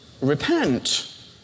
Repent